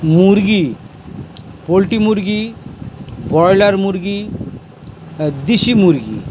মুরগি পোল্ট্রির মুরগি ব্রয়লার মুরগি দেশি মুরগি